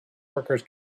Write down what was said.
workers